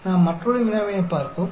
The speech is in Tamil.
நாம் மற்றொரு வினாவினைப் பார்ப்போம்